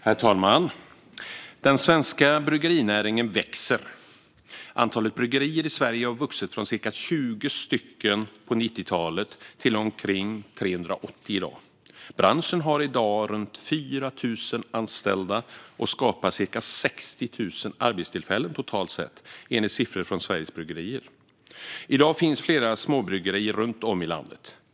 Herr talman! Den svenska bryggerinäringen växer. Antalet bryggerier i Sverige har vuxit från ca 20 på 90-talet till omkring 380 i dag. Branschen har i dag runt 4 000 anställda och skapar ca 60 000 arbetstillfällen totalt sett, enligt siffror från Sveriges Bryggerier. I dag finns flera småbryggerier runt om i landet.